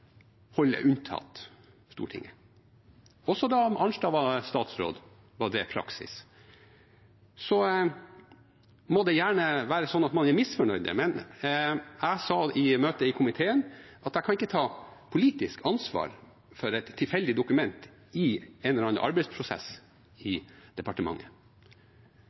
unntatt Stortinget. Også da Arnstad var statsråd, var det praksis. Så må det gjerne være slik at man er misfornøyd med det, men jeg sa i møte i komiteen at jeg ikke kan ta politisk ansvar for et tilfeldig dokument i en eller annen arbeidsprosess i departementet.